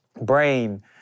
brain